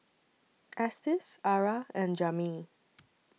Estes Arah and Jami